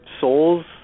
souls